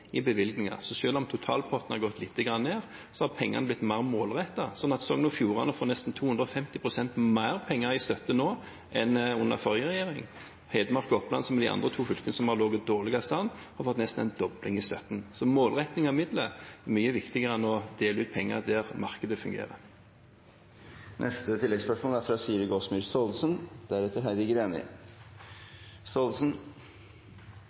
i bevilgninger. Selv om totalpotten har gått lite grann ned, har pengene blitt mer målrettede. Sogn og Fjordane får nesten 250 pst. mer penger i støtte nå enn under forrige regjering. Hedmark og Oppland, de to andre fylkene som har ligget dårligst an, har fått nesten en dobling av støtten. Så målretting av midler er mye viktigere enn å dele ut penger der markedet fungerer. Siri Gåsemyr Staalesen – til oppfølgingsspørsmål. Mitt spørsmål går til kommunalministeren. Fødselsnummersystemet vårt er